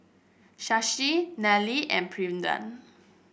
Shashi Nnil and Pranav